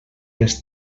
les